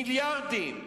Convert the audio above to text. מיליארדים.